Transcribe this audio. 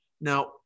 Now